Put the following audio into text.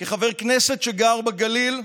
כחבר כנסת שגר בגליל,